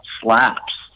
slaps